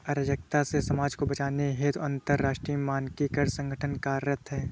अराजकता से समाज को बचाने हेतु अंतरराष्ट्रीय मानकीकरण संगठन कार्यरत है